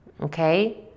Okay